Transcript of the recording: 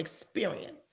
experience